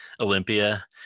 Olympia